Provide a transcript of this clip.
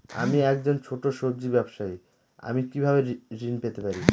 আমি একজন ছোট সব্জি ব্যবসায়ী আমি কিভাবে ঋণ পেতে পারি?